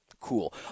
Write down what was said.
Cool